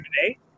today